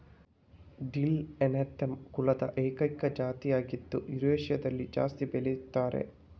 dill Anethum ಕುಲದ ಏಕೈಕ ಜಾತಿ ಆಗಿದ್ದು ಯುರೇಷಿಯಾದಲ್ಲಿ ಜಾಸ್ತಿ ಬೆಳೀತಾರೆ